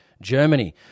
Germany